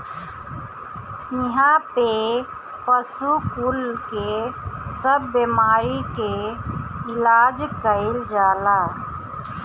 इहा पे पशु कुल के सब बेमारी के इलाज कईल जाला